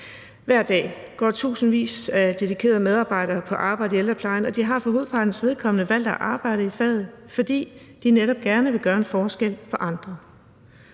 Hver dag går tusindvis af dedikerede medarbejdere på arbejde i ældreplejen, og de har for hovedpartens vedkommende valgt at arbejde i faget, fordi de netop gerne vil gøre en forskel for andre.